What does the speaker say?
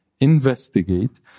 investigate